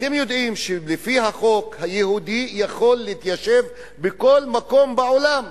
אתם יודעים שלפי החוק יהודי יכול להתיישב בכל מקום בעולם.